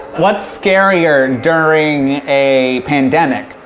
what's scarier during a pandemic,